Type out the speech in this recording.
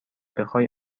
بخای